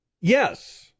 yes